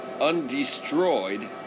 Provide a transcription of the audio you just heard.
undestroyed